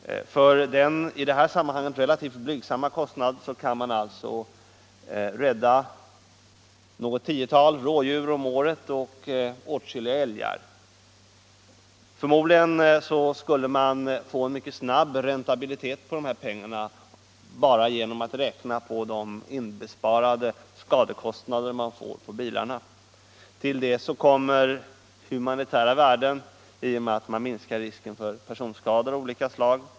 För den i detta sammanhang relativt blygsamma kostnaden kan man rädda något tiotal rådjur om året och åtskilliga älgar. Men förmodligen skulle man få en mycket snabb räntabilitet på dessa pengar bara genom inbesparade bilskadekostnader. Till detta kommer humanitära värden i och med att man minskar risken för personskador av olika slag.